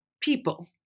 people